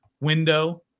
window